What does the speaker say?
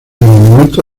monumento